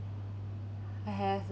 I have